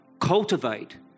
Cultivate